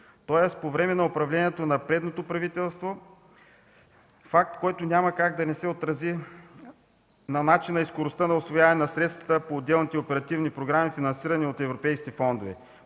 тоест по време на управлението на предното правителството, факт, който няма как да не се отрази на начина и скоростта на усвояване на средствата по отделните оперативни програми, финансирани от европейски фондове.